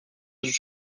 sus